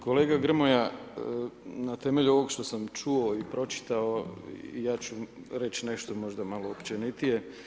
Kolega Grmoja, na temelju ovog što sam čuo i pročitao ja ću reći možda malo općenitije.